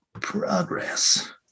Progress